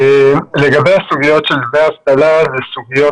לגבי סוגיות דמי אבטלה - אלו סוגיות